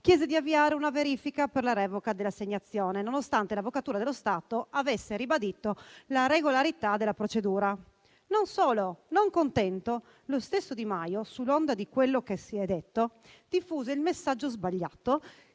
chiese di avviare una verifica per la revoca dell'assegnazione, nonostante l'Avvocatura dello Stato avesse ribadito la regolarità della procedura. Non solo. Non contento, lo stesso Di Maio, sull'onda di quello che si è detto, diffuse il messaggio sbagliato